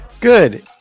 Good